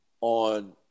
on